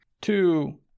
Two